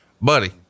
buddy